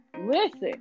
Listen